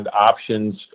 options